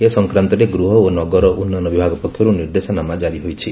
ଏ ସଂକ୍ରାନ୍ଡରେ ଗୃହ ଓ ନଗର ଉନ୍ନୟନ ବିଭାଗ ପକ୍ଷରୁ ନିର୍ଦ୍ଦେଶନାମା ଜାରି ହୋଇଛି